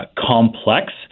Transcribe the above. complex